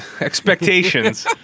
expectations